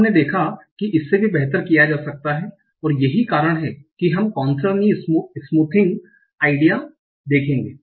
अब हमने देखा है कि इससे भी बेहतर किया जा सकता है और यही कारण है कि हम नेसर नी स्मूथिंग आइडिया देखेंगे